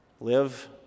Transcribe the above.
Live